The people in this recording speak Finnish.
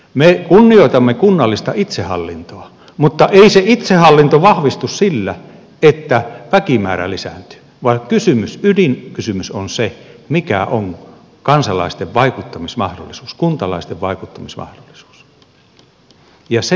me kunnioitamme kunnallista itsehallintoa mutta ei se itsehallinto vahvistu sillä että väkimäärä lisääntyy vaan ydinkysymys on se mikä on kansalaisten vaikuttamismahdollisuus kuntalaisten vaikuttamismahdollisuus ja se pitää turvata